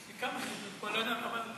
סיכמתי, חברים.